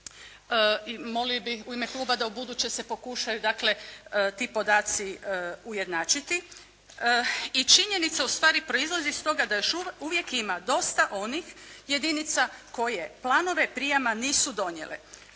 I molili bi u ime Kluba da ubuduće se pokušaju dakle ti podaci ujednačiti. I činjenica, ustvari proizlazi iz toga da još uvijek ima dosta onih jedinica koje planove prijema nisu donijele.